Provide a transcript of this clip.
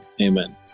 amen